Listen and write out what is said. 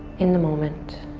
in the moment.